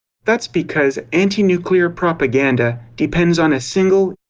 that's because anti-nuclear propaganda depends on a single,